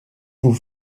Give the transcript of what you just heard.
vous